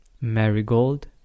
Marigold